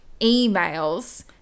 emails